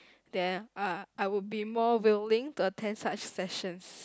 then uh I will be more willing to attend such sessions